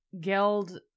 Geld